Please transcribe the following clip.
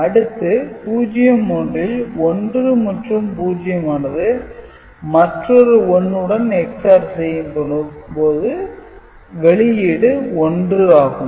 அடுத்து 01 ல் 1மற்றும் 0 ஆனது மற்றொரு 1 உடன் XOR செய்யப்படும் போது வெளியீடு 1 ஆகும்